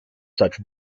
such